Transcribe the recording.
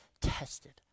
tested